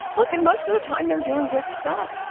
look, and most of the time they're doing good stuff.